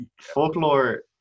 folklore